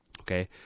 Okay